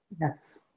Yes